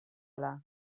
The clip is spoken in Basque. ala